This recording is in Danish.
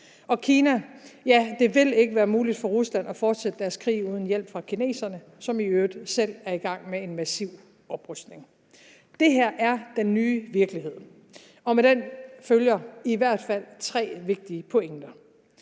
Kina, vil det ikke være muligt for Rusland at fortsætte deres krig uden hjælp fra kineserne, som i øvrigt selv er i gang med en massiv oprustning. Det her er den nye virkelighed, og med den følger i hvert fald tre vigtige pointer.